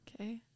Okay